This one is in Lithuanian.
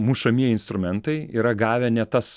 mušamieji instrumentai yra gavę ne tas